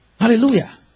Hallelujah